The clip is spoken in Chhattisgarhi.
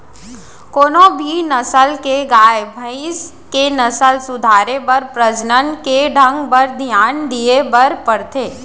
कोनों भी नसल के गाय, भईंस के नसल सुधारे बर प्रजनन के ढंग बर धियान दिये बर परथे